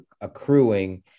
accruing